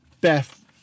Beth